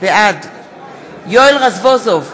בעד יואל רזבוזוב,